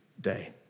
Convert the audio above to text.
day